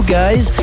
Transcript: guys